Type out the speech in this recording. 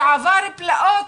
שעבר תלאות,